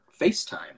FaceTime